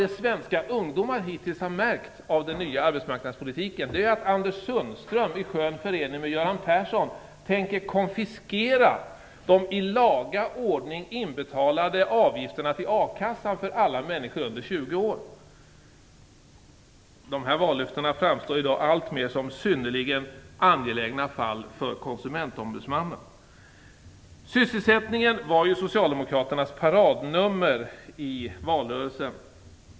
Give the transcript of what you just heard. Det svenska ungdomar hittills märkt av den nya arbetsmarknadspolitiken är att Anders Sundström i skön förening med Göran Persson tänker konfiskera de i laga ordning inbetalade avgifterna till a-kassan från alla människor under 20 år. Dessa vallöften framstår i dag framför allt som synnerligen angelägna fall för konsumentombudsmannen. Sysselsättningen var socialdemokraternas paradnummer i valrörelsen.